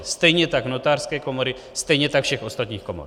Stejně tak notářské komory, stejně tak všech ostatních komor.